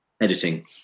editing